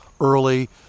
early